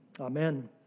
amen